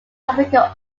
africa